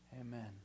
Amen